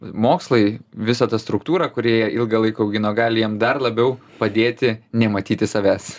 mokslai visa ta struktūra kurie ją ilgą laiką augino gali jam dar labiau padėti nematyti savęs